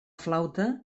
flauta